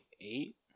Eight